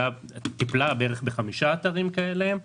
טיפלה בערך בחמישה אתרים כאלו,